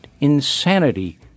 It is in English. insanity